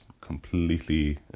completely